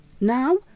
Now